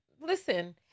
listen